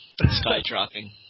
skydropping